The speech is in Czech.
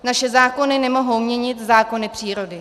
Naše zákony nemohou měnit zákony přírody.